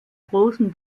großen